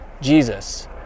Jesus